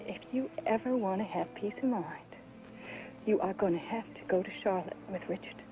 if you ever want to have peace you are going to have to go to charlotte with richard